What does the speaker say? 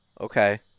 Okay